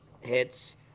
hits